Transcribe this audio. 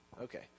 okay